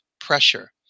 pressure